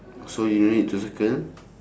so you no need to circle